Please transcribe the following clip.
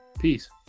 peace